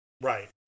Right